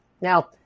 Now